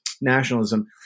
nationalism